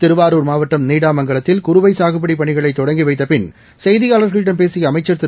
திருவாரூர் மாவட்டம் நீடாமங்கலத்தில் குறுவைசாகுபடிப் பணிகளைதொடங்கிவைத்தபின் செய்தியாளர்களிடம் பேசியஅமச்சர் திரு